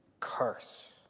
Curse